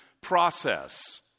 process